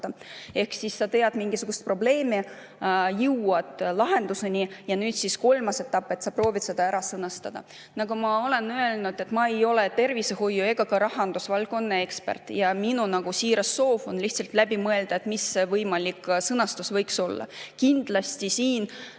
Ehk siis sa tead mingisugust probleemi, jõuad lahenduseni ja nüüd kolmas etapp on see, et sa proovid selle ära sõnastada. Nagu ma olen öelnud, ma ei ole tervishoiu ega ka rahandusvaldkonna ekspert. Minu siiras soov on lihtsalt läbi mõelda, mis võiks võimalik sõnastus olla. Kindlasti siin